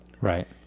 Right